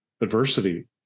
adversity